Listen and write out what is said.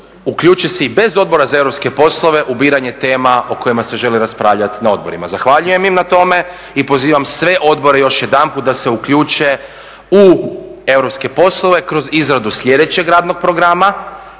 uključe se i bez Odbora za europske poslove u biranje tema o kojima se želi raspravljati na odborima. Zahvaljujem im na tome i pozivam sve odbore još jedanput da se uključe u europske poslove kroz izradu sljedećeg radnog programa.